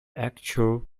actual